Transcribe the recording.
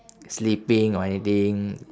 sleeping or anything